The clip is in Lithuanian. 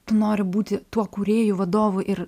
tu nori būti tuo kūrėju vadovu ir